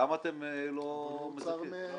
למה אתם לא מזכים?